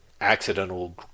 accidental